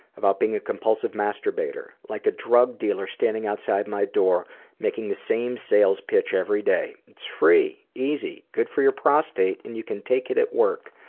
about being a compulsive masturbator like a drug dealer standing outside my door making the same sales pitch every day. it's free, easy, good for your prostate and you can take it at work.